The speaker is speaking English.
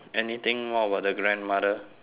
anything what about the grandmother